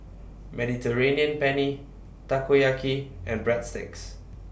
Mediterranean Penne Takoyaki and Breadsticks